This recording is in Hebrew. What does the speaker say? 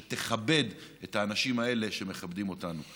שתכבד את האנשים האלה שמכבדים אותנו.